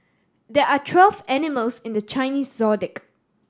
there are twelve animals in the Chinese Zodiac